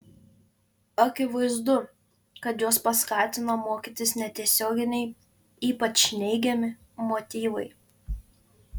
akivaizdu kad juos paskatina mokytis netiesioginiai ypač neigiami motyvai